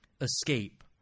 escape